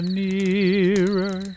nearer